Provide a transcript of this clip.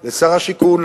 לשר השיכון,